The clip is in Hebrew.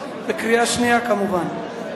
בקריאה שנייה כמובן.